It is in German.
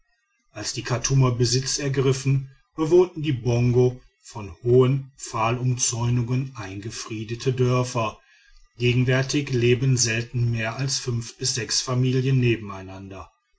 als die chartumer besitz ergriffen bewohnten die bongo von hohen pfahlumzäunungen eingefriedigte dörfer gegenwärtig leben selten mehr als fünf bis sechs familien nebeneinander